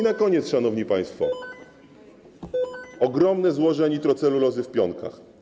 Na koniec, szanowni państwo, ogromne złoże nitrocelulozy w Pionkach.